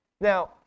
Now